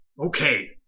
Okay